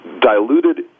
diluted